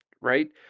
right